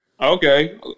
Okay